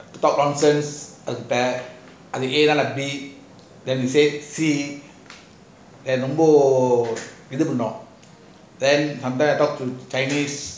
talk nonsense must say A lah B then we say C then most then after I talk to chinese